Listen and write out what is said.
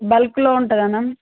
బల్క్లో ఉంటుందా మ్యామ్